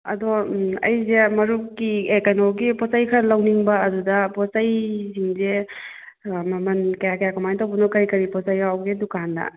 ꯑꯗꯣ ꯑꯨꯁꯦ ꯃꯔꯨꯞꯀꯤ ꯑꯦ ꯀꯩꯅꯣꯒꯤ ꯄꯣꯠꯆꯩ ꯈꯔ ꯂꯧꯅꯤꯡꯕ ꯑꯗꯨꯗ ꯄꯣꯠꯆꯩꯁꯤꯡꯁꯦ ꯃꯃꯟ ꯀꯌꯥ ꯀꯌꯥ ꯀꯃꯥꯏꯅ ꯇꯧꯕꯅꯣ ꯀꯔꯤ ꯀꯔꯤ ꯄꯣꯠꯆꯩ ꯌꯥꯎꯕꯒꯦ ꯗꯨꯀꯥꯟꯗ